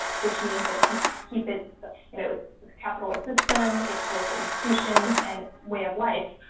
which means that it can keep it's you know it's capitalist system, its political institutions and its way of life,